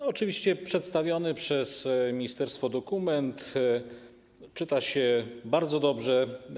Oczywiście przedstawiony przez ministerstwo dokument czyta się bardzo dobrze.